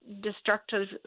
destructive